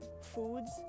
foods